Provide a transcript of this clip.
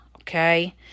Okay